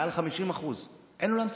במעל ל-50% אין אולם ספורט.